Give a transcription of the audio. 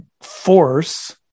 force –